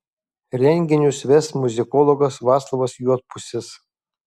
renginius ves muzikologas vaclovas juodpusis